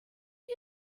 you